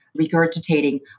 regurgitating